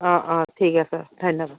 অ' অ' ঠিক আছে ধন্যবাদ